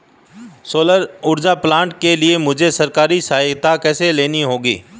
सौर ऊर्जा प्लांट के लिए मुझे सरकारी सहायता कैसे लेनी होगी?